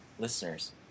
Listeners